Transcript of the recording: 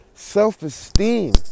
Self-esteem